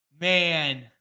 Man